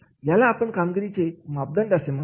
यालाच आपण कामगिरीचे मापदंड असे म्हणतो